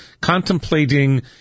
contemplating